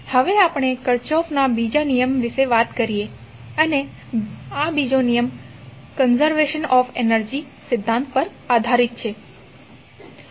હવે આપણે કિર્ચોફના બીજા નિયમ વિશે વાત કરીએ અને આ બીજો નિયમ કોંઝર્વેશન ઓફ એનર્જી સિદ્ધાંત પર આધારિત છે